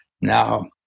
now